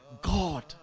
God